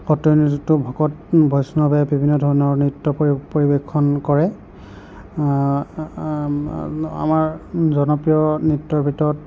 সত্ৰীয়া নৃত্যতো ভকত বৈষ্ণৱে বিভিন্ন ধৰণৰ নৃত্য পৰিৱেশন কৰে আমাৰ জনপ্ৰিয় নৃত্যৰ ভিতৰত